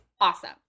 awesome